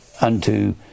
unto